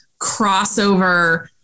crossover